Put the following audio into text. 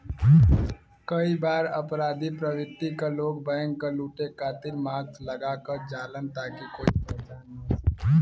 कई बार अपराधी प्रवृत्ति क लोग बैंक क लुटे खातिर मास्क लगा क जालन ताकि कोई पहचान न सके